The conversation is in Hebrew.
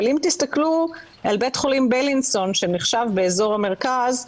אבל אם תסתכלו על בית חולים בלינסון שנחשב באזור המרכז,